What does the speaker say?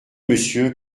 monsieur